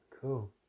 cool